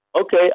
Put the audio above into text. Okay